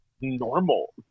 normal